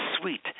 sweet